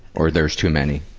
or there's too many?